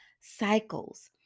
cycles